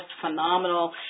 phenomenal